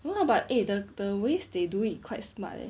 no lah but eh the the ways they do it quite smart leh